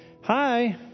Hi